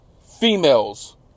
females